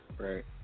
Right